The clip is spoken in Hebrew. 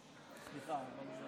אני לא שומע את עצמי.